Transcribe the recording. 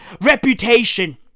reputation